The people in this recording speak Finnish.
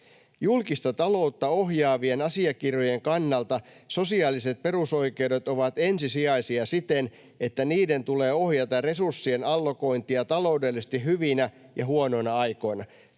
Julkista taloutta ohjaavien asiakirjojen kannalta sosiaaliset perusoikeudet ovat ensisijaisia siten, että niiden tulee ohjata resurssien allokointia taloudellisesti hyvinä ja huonoina aikoina.”